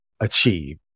achieve